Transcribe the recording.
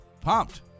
Pumped